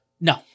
No